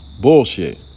Bullshit